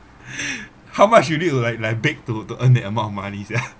how much you need to like like bake to to earn that amount of money sia